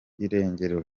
irengero